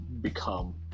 become